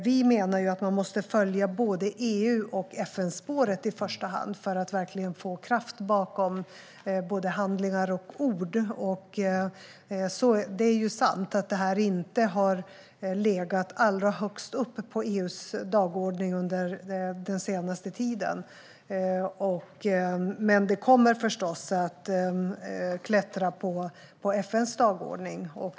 Vi menar att man måste följa såväl EU som FN-spåret i första hand för att verkligen få kraft bakom både handlingar och ord. Det är sant att detta inte har legat allra högst upp på EU:s dagordning den senaste tiden, men det kommer förstås att klättra på FN:s dagordning.